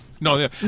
No